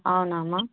అవునా అమ్మ